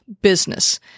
business